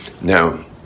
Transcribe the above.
Now